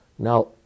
Now